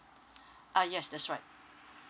uh yes that's right